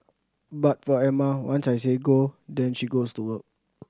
but for Emma once I say go then she goes to work